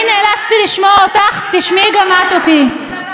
ממשיכים לשאול את הראי את אותן שאלות,